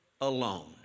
alone